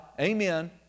amen